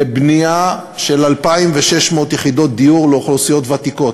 לבנייה של 2,600 יחידות דיור לאוכלוסיות ותיקות.